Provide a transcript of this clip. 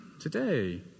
today